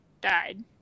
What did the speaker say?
died